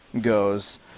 goes